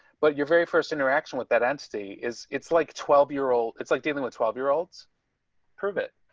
but your very first interaction with that entity is it's like twelve year old. it's like dealing with twelve year olds prove it.